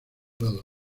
lado